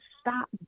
stop